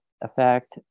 effect